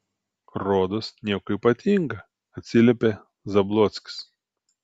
rodos nieko ypatinga atsiliepė zablockis